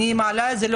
לא סתם אני מעלה את זה.